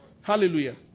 Hallelujah